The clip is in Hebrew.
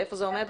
איפה זה עומד?